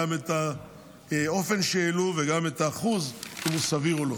גם את האופן שהעלו וגם אם אחוז ההעלאה סביר או לא.